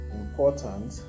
important